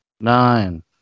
nine